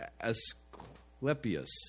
Asclepius